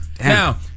Now